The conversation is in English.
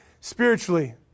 spiritually